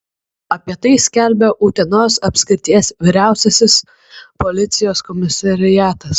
apie tai skelbia utenos apskrities vyriausiasis policijos komisariatas